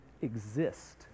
exist